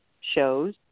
shows